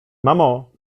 mamo